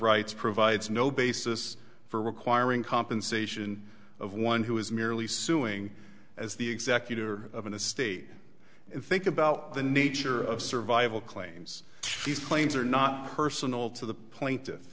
rights provides no basis for requiring compensation of one who is merely suing as the executor of an estate and think about the nature of survival claims these claims are not personal to the plaint